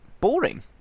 boring